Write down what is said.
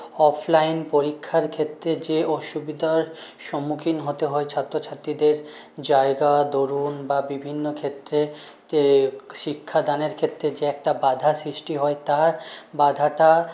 offline পরীক্ষার ক্ষেত্রে যে অসুবিধার সম্মুখীন হতে হয় ছাত্রছাত্রীদের জায়গা দরুন বা বিভিন্ন ক্ষেত্রে শিক্ষাদানের ক্ষেত্রে যে একটা বাধা সৃষ্টি হয় তার বাধাটা